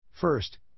First